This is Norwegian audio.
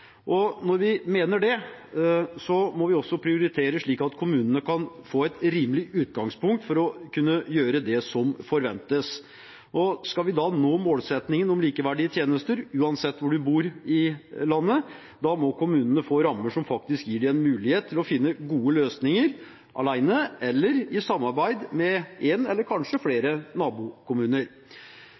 Når vi mener det, må vi også prioritere slik at kommunene kan få et rimelig utgangspunkt for å kunne gjøre det som forventes. Skal vi nå målsettingen om likeverdige tjenester uansett hvor man bor i landet, må kommunene få rammer som faktisk gir dem en mulighet til å finne gode løsninger, alene eller i samarbeid med én eller kanskje flere nabokommuner.